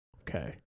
Okay